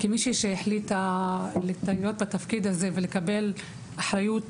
כמי שהחליטה לקחת את התפקיד הזה ולקבל אחריות